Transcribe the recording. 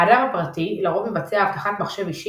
האדם הפרטי לרוב מבצע אבטחת מחשב אישי